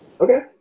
Okay